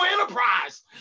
enterprise